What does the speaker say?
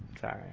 Sorry